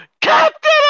CAPTAIN